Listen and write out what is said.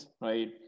right